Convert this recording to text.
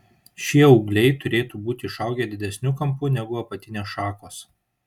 šie ūgliai turėtų būti išaugę didesniu kampu negu apatinės šakos